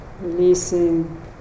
releasing